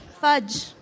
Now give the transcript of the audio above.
fudge